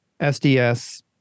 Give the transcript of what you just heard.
sds